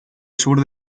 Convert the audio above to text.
sur